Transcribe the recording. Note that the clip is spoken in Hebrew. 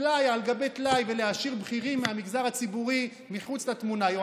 טלאי על גבי טלאי ולהשאיר בכירים מהמגזר הציבורי מחוץ לתמונה,